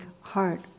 heart